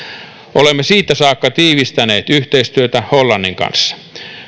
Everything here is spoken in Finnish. olemme siitä saakka tiivistäneet yhteistyötä hollannin kanssa